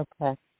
Okay